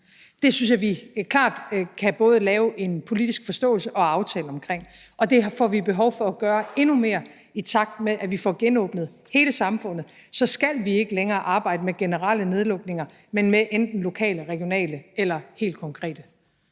Det synes jeg klart vi kan lave en politisk forståelse og aftale om. Det får vi behov for at gøre endnu mere. I takt med at vi får genåbnet hele samfundet, så skal vi ikke længere arbejde med generelle nedlukninger, men med enten lokale, regionale eller helt konkrete.